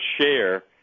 share